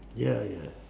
ya ya